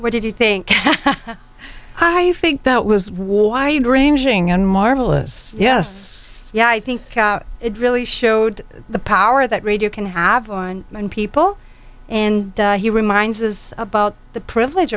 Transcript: what did you think i think that was war i and ranging and marvelous yes yeah i think it really showed the power that radio can have on people and he reminds us about the privilege